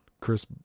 Chris